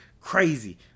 crazy